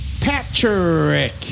Patrick